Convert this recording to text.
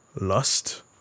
lust